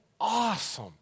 awesome